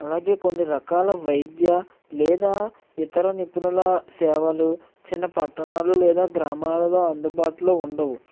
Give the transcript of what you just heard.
అలాగే కొన్ని రకాల వైద్య లేదా ఇతర నిపుణుల సేవలు చిన్న పట్టణాలు లేదా గ్రామాలలో అందుబాటులో ఉండవు